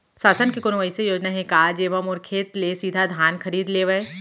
शासन के कोनो अइसे योजना हे का, जेमा मोर खेत ले सीधा धान खरीद लेवय?